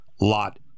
Lot